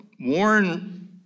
Warren